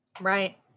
Right